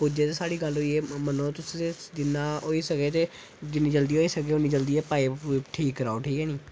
जे साढ़ी गल्ल मन्नो तुस कदें जिन्ना होई सकै ते जिन्नी जल्दी होई सकै एह् पाईप ठीक कराओ ठीक ऐ निं